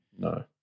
No